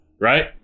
right